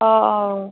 অঁ অঁ